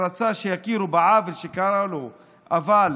שרצה שיכירו בעוול שקרה לו אבל